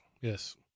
yes